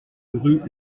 rue